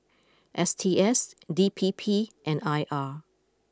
S T S D P P and I R